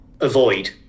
avoid